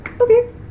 Okay